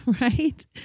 right